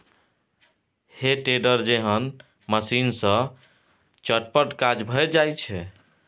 हे टेडर जेहन मशीन सँ चटपट काज भए जाइत छै